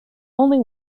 only